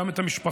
גם את המשפחות,